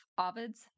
Ovid's